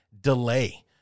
delay